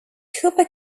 cooper